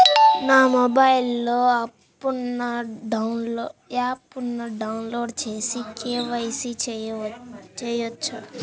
నా మొబైల్లో ఆప్ను డౌన్లోడ్ చేసి కే.వై.సి చేయచ్చా?